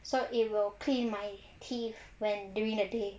so it will clean my teeth when during the day